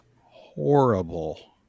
horrible